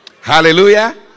Hallelujah